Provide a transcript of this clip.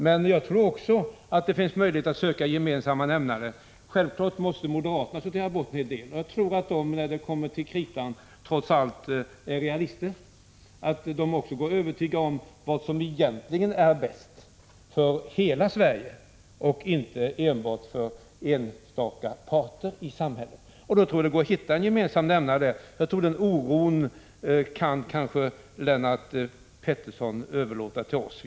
Men jag tror också att det finns möjlighet att söka gemensamma nämnare på den icke-socialistiska sidan. Självfallet måste moderaterna sortera bort en hel del och jag tror att de, när det kommer till kritan, trots allt är realister och att också de går över till vad som egentligen är bäst för hela Sverige och inte enbart för enstaka parter i samhället. Då tror jag det går att hitta en gemensam nämnare, och oron kan Lennart Pettersson överlåta till oss.